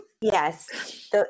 Yes